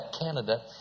Canada